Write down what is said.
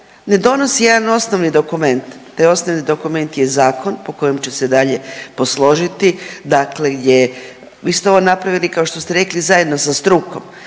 ne donosi jedan osnovni dokument. Taj osnovni dokument je zakon po kojem će se dalje posložiti. Dakle gdje, vi ste ovo napravili kao što ste rekli zajedno sa strukom.